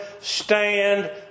stand